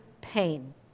Pain